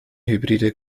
hybride